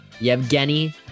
Yevgeny